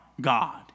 God